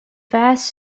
vast